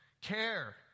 care